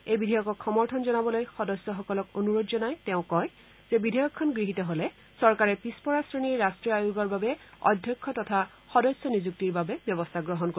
এই বিধেয়কক সমৰ্থন জনাবলৈ সদস্যসকলক অনুৰোধ জনাই তেওঁ কয় যে বিধেয়কখন গৃহীত হলে চৰকাৰে পিছপৰা শ্ৰেণীৰ ৰাট্টীয় আয়োগৰ বাবে অধ্যক্ষ তথা সদস্য নিযুক্তিৰ বাবে ব্যৱস্থা গ্ৰহণ কৰিব